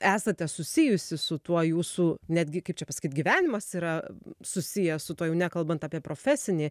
esate susijusi su tuo jūsų netgi kaip čia pasakyt gyvenimas yra susijęs su tuo jau nekalbant apie profesinį